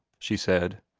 she said.